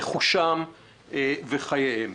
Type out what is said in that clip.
רכושם וחייהם.